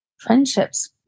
friendships